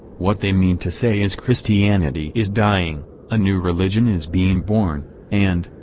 what they mean to say is christianity is dying a new religion is being born and,